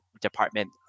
department